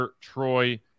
Troy